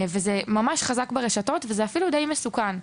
זה ממש חזק ברשתות וזה אפילו די מסוכן.